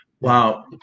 wow